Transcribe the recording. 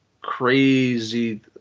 crazy